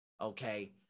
Okay